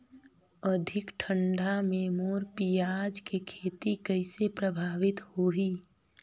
अधिक ठंडा मे मोर पियाज के खेती कइसे प्रभावित होही?